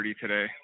today